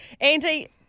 Andy